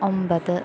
ഒമ്പത്